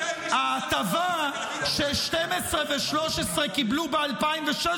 ההטבה שערוץ 12 וערוץ 13 קיבלו ב-2016,